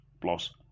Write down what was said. plus